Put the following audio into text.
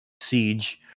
siege